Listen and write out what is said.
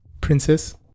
Princess